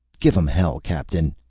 give em hell, captain,